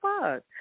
fuck